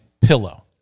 pillow